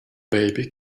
baby